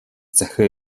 захиа